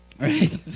right